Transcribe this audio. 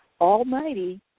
almighty